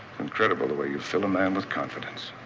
incredible, the way you fill a man with confidence.